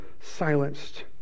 silenced